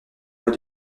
mois